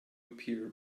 appear